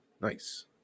Nice